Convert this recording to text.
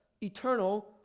eternal